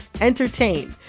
entertain